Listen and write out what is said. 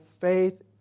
faith